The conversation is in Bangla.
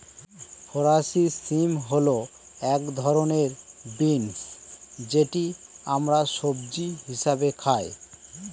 ফরাসি শিম হল এক ধরনের বিন্স যেটি আমরা সবজি হিসেবে খাই